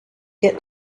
get